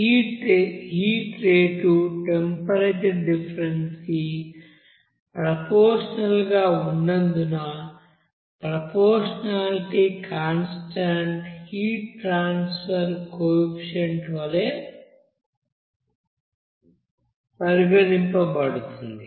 ఈ heat rate temperature difference కి proportional గా ఉన్నందున proportionality constant heat transfer coefficient వలె పరిగణించబడుతుంది